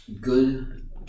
good